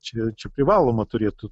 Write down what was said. čia čia privaloma turėtų